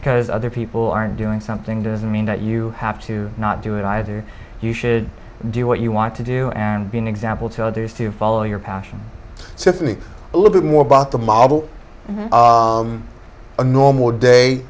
because other people aren't doing something doesn't mean that you have to not do it either you should do what you want to do and be an example to others to follow your passion so for me a little bit more about the model a normal day